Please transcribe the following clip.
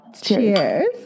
Cheers